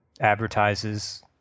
advertises